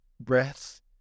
breaths